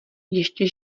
ještě